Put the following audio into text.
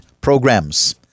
programs